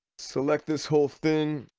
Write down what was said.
bselect this whole thing.